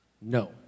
No